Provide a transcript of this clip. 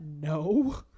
no